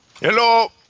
Hello